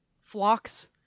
Flocks